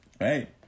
right